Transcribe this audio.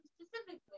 specifically